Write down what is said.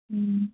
ம்